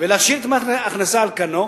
ולהשאיר את מס ההכנסה על כנו,